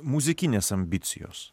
muzikinės ambicijos